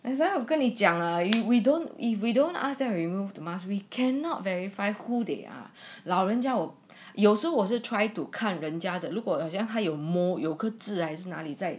that's why 我跟你讲了 we don't if we don't ask them removed the we cannot verify who they are 老人家 was try to 看人家的如果好像还有 mole 有个自然是哪里在